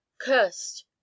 Cursed